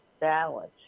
balance